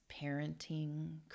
parenting